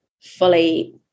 fully